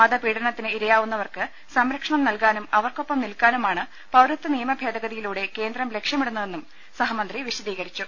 മതപീഡനത്തിന് ഇരയാവുന്നവർക്ക് സംരക്ഷണം നൽകാനും അവർക്കൊപ്പം നിൽക്കാനുമാണ് പൌരത്വ നിയമ ഭേദഗതിയിലൂടെ കേന്ദ്രം ലക്ഷ്യമിടുന്നതെന്നും സഹമന്ത്രി വിശദീകരിച്ചു